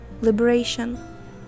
liberation